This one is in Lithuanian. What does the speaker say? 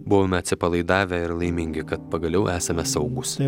buvome atsipalaidavę ir laimingi kad pagaliau esame saugūs